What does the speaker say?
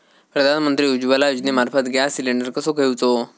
प्रधानमंत्री उज्वला योजनेमार्फत gas cylinder कसो घेऊचो?